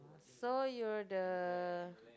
so you're the